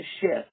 shift